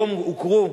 היום הוכרו,